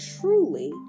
truly